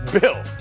Bill